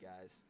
guys